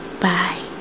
bye